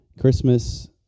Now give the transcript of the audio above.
Christmas